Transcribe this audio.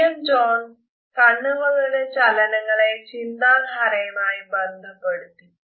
William Jones കണ്ണുകളുടെ ചലനങ്ങളെ ചിന്താധാരയുമായി ബന്ധപ്പെടുത്തി